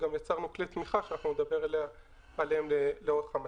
גם יצרנו קיר תמיכה שנדבר עליו לאורך המצגת.